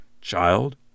Child